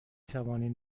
توانیم